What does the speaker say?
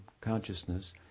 consciousness